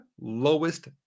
lowest